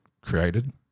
created